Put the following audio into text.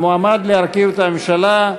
המועמד להרכיב את הממשלה,